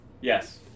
Yes